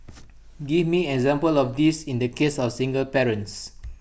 give me an example of this in the case of single parents